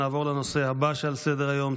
נעבור לנושא הבא שעל סדר-היום,